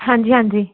ਹਾਂਜੀ ਹਾਂਜੀ